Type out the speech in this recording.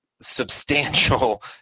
substantial